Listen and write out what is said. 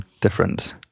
different